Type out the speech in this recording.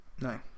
No